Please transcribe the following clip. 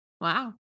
wow